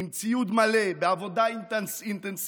עם ציוד מלא, בעבודה אינטנסיבית